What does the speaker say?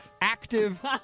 active